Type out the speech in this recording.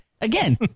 Again